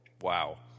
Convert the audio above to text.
Wow